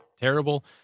terrible